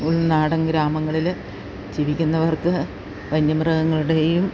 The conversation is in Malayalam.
ഉൾനാടൻ ഗ്രാമങ്ങളിൽ ജീവിക്കുന്നവർക്ക് വന്യമൃഗങ്ങളുടെയും